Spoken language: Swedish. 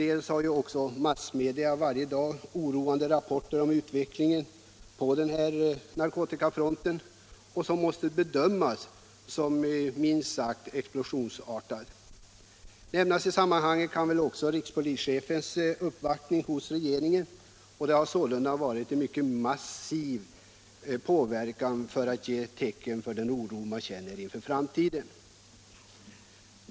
Dessutom har ju också massmedierna varje dag oroande rapporter om utvecklingen på narkotikafronten, och den utvecklingen måste därför bedömas som minst sagt explosionsartad. Nämnas kan också rikspolischefens uppvaktning för regeringen i narkotikafrågan. Det har sålunda varit en mycket massiv påverkan för att ge uttryck för den oro man känner inför framtiden.